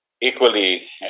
equally